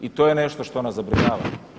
I to je nešto što nas zabrinjava.